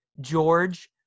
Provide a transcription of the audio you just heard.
George